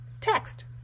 text